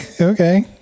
okay